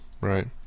right